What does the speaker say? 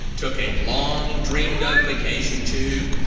took a long dreamed-of vacation to.